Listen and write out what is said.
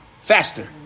faster